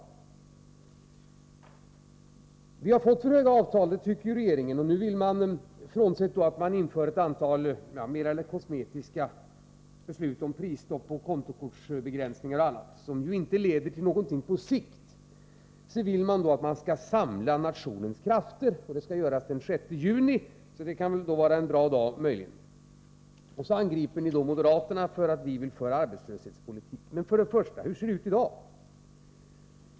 i kompletteringspro Vi har för höga avtal, tycker regeringen, och nu vill man — frånsett att man positionen fattar ett antal mer eller mindre kosmetiska beslut om prisstopp, kontokreditbegränsningar och annat, som på sikt inte leder till någonting — samla nationens krafter, och det skall göras den 6 juni, vilket väl möjligen kan vara en bra dag. Ni angriper oss moderater för att vi vill föra arbetslöshetspolitik. Men hur ser det ut i dag?